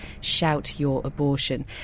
ShoutYourAbortion